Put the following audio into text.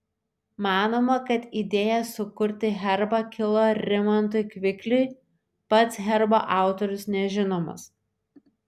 manoma kad idėja sukurti herbą kilo rimantui kvikliui pats herbo autorius nežinomas